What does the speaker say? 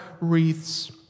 wreaths